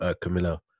Camilla